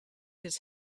his